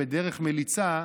בדרך מליצה,